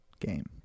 Game